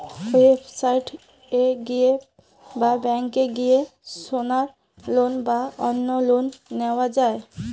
website এ গিয়ে বা ব্যাংকে গিয়ে সোনার লোন বা অন্য লোন নেওয়া যায়